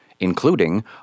including